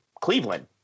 Cleveland